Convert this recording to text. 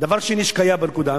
דבר שני שקיים בנקודה,